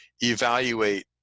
evaluate